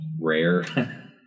rare